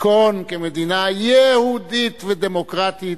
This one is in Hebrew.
תיכון כמדינה יהודית ודמוקרטית,